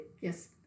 Yes